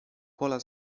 pola